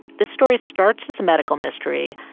this story starts as a medical mystery,